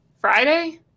Friday